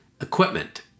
equipment